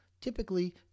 Typically